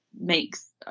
makes